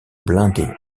blindée